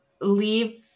leave